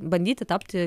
bandyti tapti